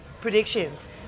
predictions